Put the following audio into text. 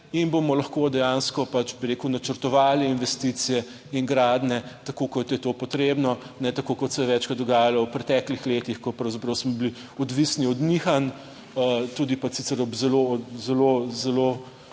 in bomo lahko dejansko pač, bi rekel, načrtovali investicije in gradnje tako, kot je to potrebno, ne tako, kot se je večkrat dogajalo v preteklih letih, ko pravzaprav smo bili odvisni od nihanj tudi sicer ob zelo dobrodošlih